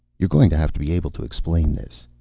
you're going to have to be able to explain this.